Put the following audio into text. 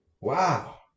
wow